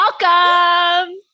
welcome